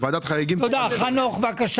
חנוך, בבקשה.